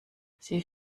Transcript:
sie